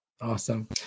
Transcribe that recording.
Awesome